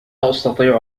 أستطيع